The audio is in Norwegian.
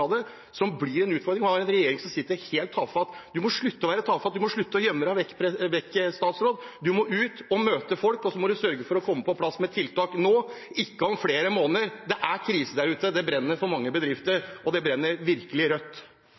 som blir en utfordring, og vi har en regjering som sitter og er helt tafatt. Du må slutte å være tafatt, du må slutte å gjemme deg vekk, statsråd. Du må ut og møte folk, og så må du sørge for å komme på plass med tiltak nå, ikke om flere måneder. Det er krise der ute. Det brenner for mange bedrifter. Og det brenner virkelig rødt.